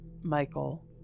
Michael